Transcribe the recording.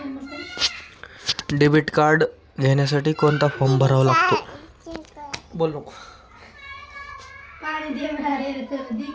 Debit card घेण्यासाठी कोणता form भरावा लागतो?